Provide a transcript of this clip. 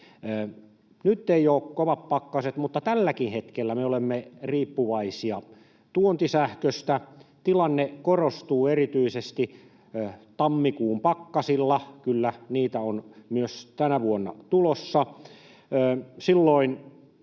Nyt eivät ole kovat pakkaset, mutta tälläkin hetkellä me olemme riippuvaisia tuontisähköstä. Tilanne korostuu erityisesti tammikuun pakkasilla — kyllä, niitä on myös tänä vuonna tulossa.